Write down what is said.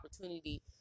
opportunity